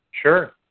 Sure